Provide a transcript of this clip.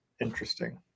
interesting